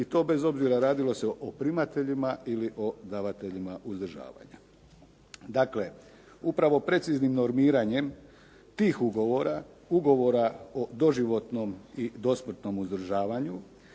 i to bez obzira radilo se o primateljima ili o davateljima uzdržavanja. Dakle, upravo preciznim normiranjem tih ugovora, ugovora o doživotnom i dosmrtnom uzdržavanju